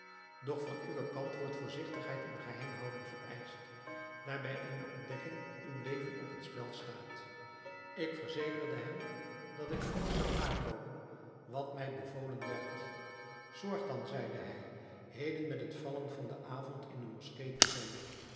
doch van uwen kant wordt voorzigtigheid en geheimhouding vereischt daar bij eene ontdekking uw leven op het spel staat ik verzekerde hem dat ik alles zou nakomen wat mij bevolen werd zorg dan zeide hij heden met het vallen van den avond in de moskee te zijn